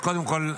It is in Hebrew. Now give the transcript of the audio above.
אז קודם כול,